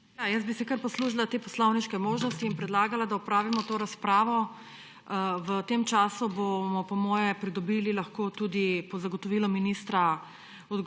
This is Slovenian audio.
Jaz bi se kar poslužila te poslovniške možnosti in predlagala, da opravimo to razpravo. V tem času bomo po mojem lahko pridobili, tudi po zagotovilu ministra,